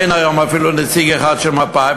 והיום אין אפילו נציג אחד של מפא"י.